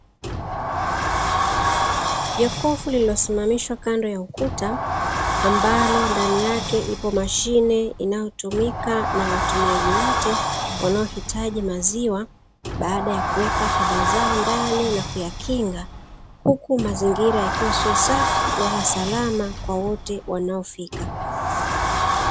Jokofu lililosimamishwa kando ya ukuta, ambalo ndani yake ipo mashine inayotumika na watumiaji wote wanaohitaji maziwa baada ya kuweka fedha zao ndani na kuyakinga. Huku mazingira yakiwa sio safi wala salama kwa wote wanaofika.